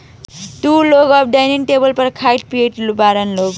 तू लोग अब डाइनिंग टेबल पर खात पियत बारा लोग